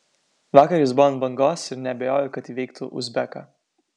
vakar jis buvo ant bangos ir neabejoju kad įveiktų uzbeką